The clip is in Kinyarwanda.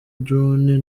drone